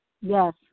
Yes